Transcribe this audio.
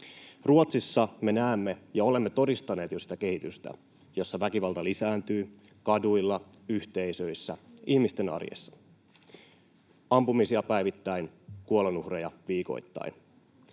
Ruotsissa me näemme ja olemme todistaneet jo sitä kehitystä, jossa väkivalta lisääntyy kaduilla, yhteisöissä, ihmisten arjessa — ampumisia päivittäin, kuolonuhreja viikoittain.